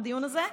הדיון הזה?